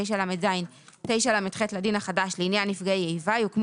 9לז ו-9לח לדין החדש לעניין נפגעי איבה יוקמו